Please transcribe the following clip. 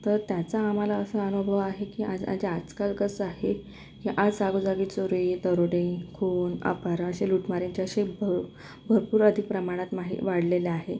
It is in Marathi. तर त्याचा आम्हाला असा अनुभव आहे की आज जे आजकाल कसं आहे की आज जागोजागी चोरी दरोडे खून अपहरण असे लूटमारांचे असे भर भरपूर अतिप्रमाणात माहे वाढलेले आहे